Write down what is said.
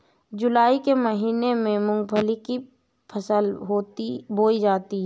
जूलाई के महीने में मूंगफली की फसल बोई जाती है